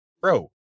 bro